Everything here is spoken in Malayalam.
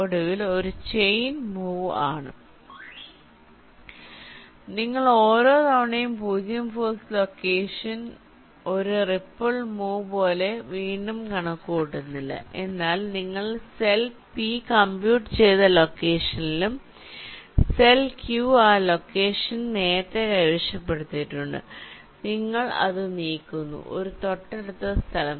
ഒടുവിൽ ഒരു ചെയിൻ മൂവ് ആണ് നിങ്ങൾ ഓരോ തവണയും 0 ഫോഴ്സ് ലൊക്കേഷൻ ഒരു റിപ്പിൾ മൂവ് പോലെ വീണ്ടും കണക്കു കൂട്ടുന്നില്ല എന്നാൽ നിങ്ങൾ സെൽ p കംപ്യൂട്ട് ചെയ്ത ലൊക്കേഷനിലും സെൽ q ആ ലൊക്കേഷൻ നേരത്തെ കൈവശപ്പെടുത്തിയിട്ടുണ്ട് നിങ്ങൾ അത് നീക്കുന്നു ഒരു തൊട്ടടുത്ത സ്ഥലം